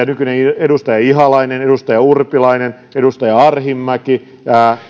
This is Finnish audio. nykyinen edustaja ihalainen edustaja urpilainen edustaja arhinmäki